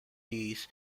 this